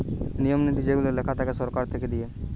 নিয়ম নীতি যেগুলা লেখা থাকে সরকার থেকে দিয়ে